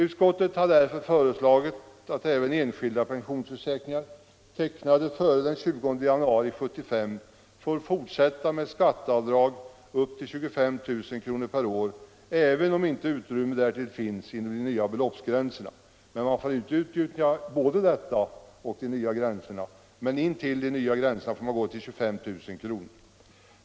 Utskottet har därför föreslagit att även enskilda pensionsförsäkringar tecknade före den 20 januari 1975 får fortsätta med skatteavdrag upp till 25 000 kr. per år även om inte utrymme därtill finns inom de nya beloppsgränserna. Man får inte utnyttja både detta och de nya gränserna, men intill de nya gränserna får man gå upp till 25 000 kr.